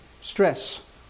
stress